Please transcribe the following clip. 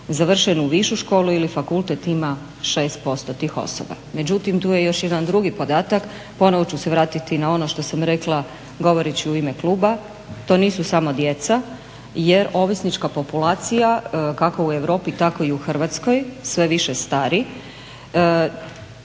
Završenu višu školu ili fakultet ima 6% tih osoba. Međutim, tu je još jedan drugi podatak, ponovno ću se vratiti na ono što sam rekla govoreći u ime Kluba, to nisu samo djeca jer ovisnička populacija, kako u Europi tako i u Hrvatskoj sve više stari